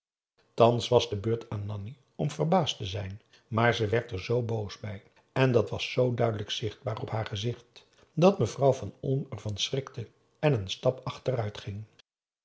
thans was de beurt aan nanni om verbaasd te zijn maar ze werd er zoo boos bij en dat was zoo duidelijk zichtbaar op haar gezicht dat mevrouw van olm ervan schrikte en een stap achteruit ging